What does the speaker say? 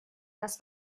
das